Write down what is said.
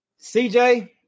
CJ